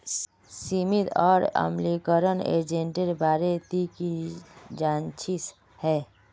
सीमित और अम्लीकरण एजेंटेर बारे ती की जानछीस हैय